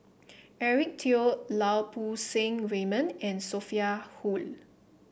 Eric Teo Lau Poo Seng Raymond and Sophia Hull